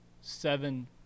seven